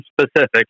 specific